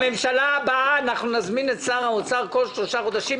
בממשלה הבאה אנחנו נזמין את שר האוצר כל שלושה חודשים,